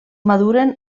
maduren